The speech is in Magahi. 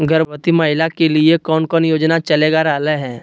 गर्भवती महिला के लिए कौन कौन योजना चलेगा रहले है?